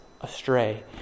astray